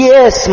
Yes